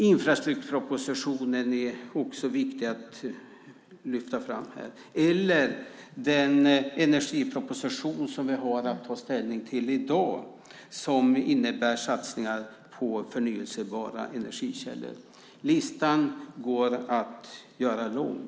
Infrastrukturpropositionen är också viktig att lyfta fram eller den energiproposition som vi har att ta ställning till i dag som innebär satsningar på förnybara energikällor. Listan går att göra lång.